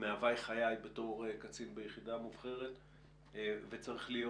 מהווי חיי כקצין ביחידה מובחרת וצריך להיות